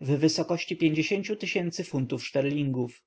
w wysokości pięciu fun tów szterlingów